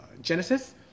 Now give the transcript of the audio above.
Genesis